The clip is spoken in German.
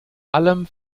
allem